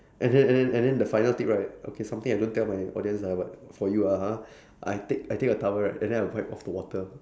and then and then and then the final thing right okay something I don't tell my audience lah but for you ah ha I take I take a towel right and then I wipe off the water